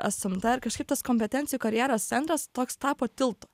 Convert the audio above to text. atstumta ir kažkaip tas kompetencijų karjeros centras toks tapo tiltu